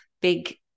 big